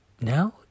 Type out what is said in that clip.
Now